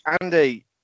Andy